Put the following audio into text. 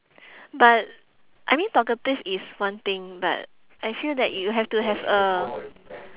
but I mean talkative is one thing but I feel that you have to a